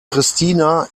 pristina